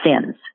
sins